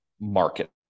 market